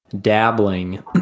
dabbling